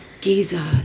Giza